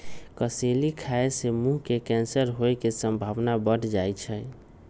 कसेली खाय से मुंह के कैंसर होय के संभावना बढ़ जाइ छइ